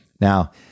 Now